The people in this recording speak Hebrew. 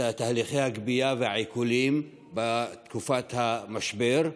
תהליכי הגבייה והעיקולים בתקופת המשבר,